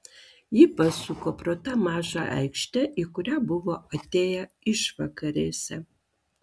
ji pasuko pro tą mažą aikštę į kurią buvo atėję išvakarėse